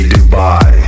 Dubai